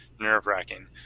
nerve-wracking